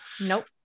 Nope